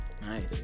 nice